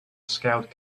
scout